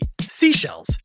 seashells